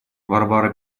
варвара